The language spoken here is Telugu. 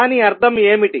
దాని అర్థం ఏమిటి